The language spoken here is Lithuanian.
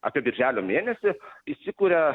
apie birželio mėnesį įsikuria